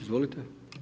Izvolite.